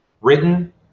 written